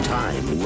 time